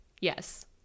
yes